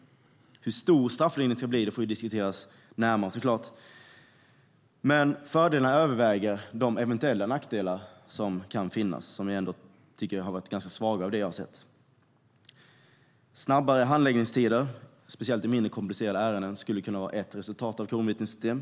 Hur stor strafflindringen ska bli får diskuteras närmare. Men fördelarna överväger de eventuella nackdelar som kan finnas och som jag ändå tycker är ganska svaga. Snabbare handläggningstider, speciellt i mindre komplicerade ärenden, skulle kunna vara ett resultat av ett kronvittnessystem.